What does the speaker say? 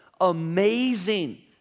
amazing